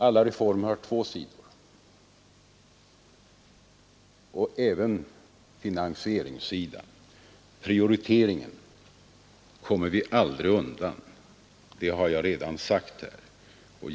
Alla reformer har två sidor — de skall ju också finansieras.